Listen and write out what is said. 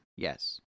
yes